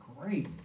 great